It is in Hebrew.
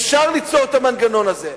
אפשר ליצור את המנגנון הזה.